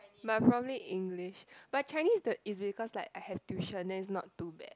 but probably English but Chinese the is because like I have tuition then it's not too bad